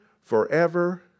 forever